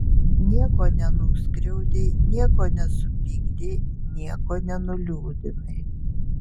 nieko nenuskriaudei nieko nesupykdei nieko nenuliūdinai